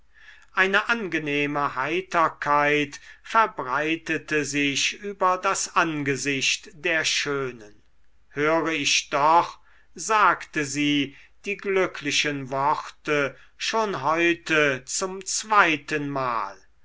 eine angenehme heiterkeit verbreitete sich über das angesicht der schönen höre ich doch sagte sie die glücklichen worte schon heute zum zweitenmal